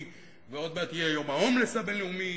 ועוד מעט יום ההומלס הבין-לאומי.